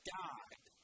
died